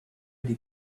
did